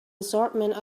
assortment